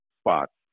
spots